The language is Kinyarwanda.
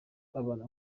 babana